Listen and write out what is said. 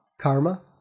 Karma